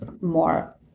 more